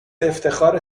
افتخاره